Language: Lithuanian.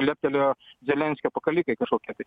leptelėjo zelenskio pakalikai kažkokie tai